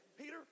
Peter